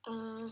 ah